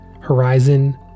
Horizon